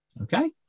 Okay